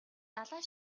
далай